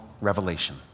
Revelation